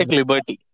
liberty